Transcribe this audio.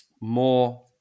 more